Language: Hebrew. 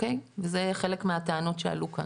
וזה חלק מהטענות שעלו כאן,